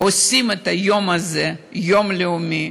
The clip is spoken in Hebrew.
עושים את היום הזה ליום לאומי,